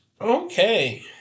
Okay